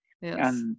Yes